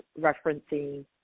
referencing